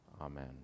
Amen